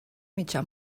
mitjà